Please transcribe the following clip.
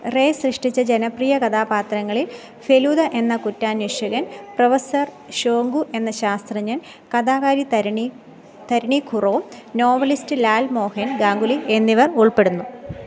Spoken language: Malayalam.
റേ സൃഷ്ടിച്ച ജനപ്രിയ കഥാപാത്രങ്ങളിൽ ഫെലൂദ എന്ന കുറ്റാന്വേഷകൻ പ്രൊഫസർ ഷോങ്കു എന്ന ശാസ്ത്രജ്ഞൻ കഥാകാരി തരിണി തരിണി ഖുറോ നോവലിസ്റ്റ് ലാൽമോഹൻ ഗാംഗുലി എന്നിവർ ഉൾപ്പെടുന്നു